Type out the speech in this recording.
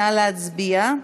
נא להצביע.